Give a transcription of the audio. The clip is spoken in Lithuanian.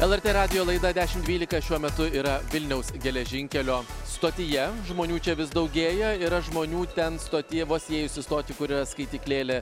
lrt radijo laida dešim dvylika šiuo metu yra vilniaus geležinkelio stotyje žmonių čia vis daugėja yra žmonių ten stoty vos įėjus į stotį kur yra skaityklėlė